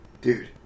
Dude